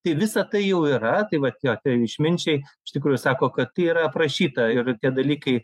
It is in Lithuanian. tai visa tai jau yra tai va jo tie išminčiai iš tikrųjų sako kad tai yra aprašyta ir tie dalykai